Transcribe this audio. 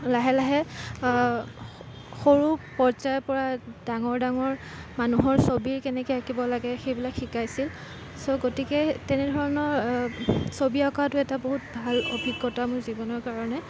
লাহে লাহে সৰু পৰ্যায়ৰপৰা ডাঙৰ ডাঙৰ মানুহৰ ছবি কেনেকৈ আঁকিব লাগে সেইবিলাক শিকাইছিল ছ' গতিকে তেনেধৰণৰ ছবি আঁকাটো এটা বহুত ভাল অভিজ্ঞতা মোৰ জীৱনৰ কাৰণে